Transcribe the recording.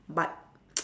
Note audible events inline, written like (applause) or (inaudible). but (noise)